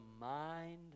mind